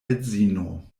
edzino